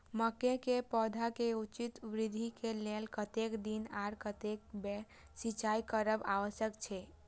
मके के पौधा के उचित वृद्धि के लेल कतेक दिन आर कतेक बेर सिंचाई करब आवश्यक छे?